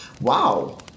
Wow